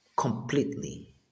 completely